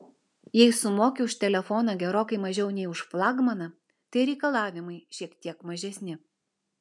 jei sumoki už telefoną gerokai mažiau nei už flagmaną tai ir reikalavimai šiek tiek mažesni